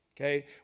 okay